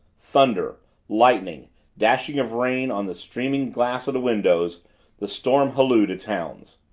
thunder lightning dashing of rain on the streaming glass of the windows the storm hallooing its hounds.